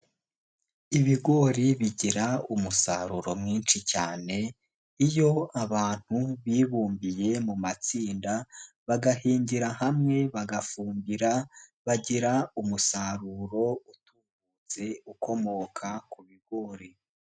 Ibigori bigira umusaruro mwinshi cyane, iyo abantu bibumbiye mu matsinda bagahingira hamwe bagafumbira, bagira umusaruro utubutse ukomoka ku bigori.